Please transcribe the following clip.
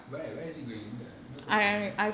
where where is he going எங்கபோயிட்டுஇருந்த:enka poyittu irundha